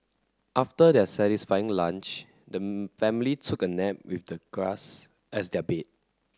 after their satisfying lunch the family took a nap with the grass as their bed